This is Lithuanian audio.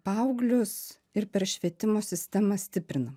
paauglius ir per švietimo sistemą stiprinam